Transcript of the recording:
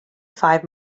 five